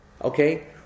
okay